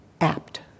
apt